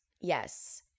Yes